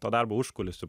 po darbo užkulisių